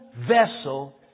vessel